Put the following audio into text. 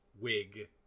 wig